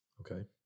Okay